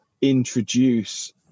introduce